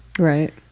Right